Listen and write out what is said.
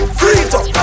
freedom